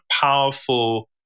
powerful